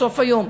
בסוף היום.